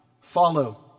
follow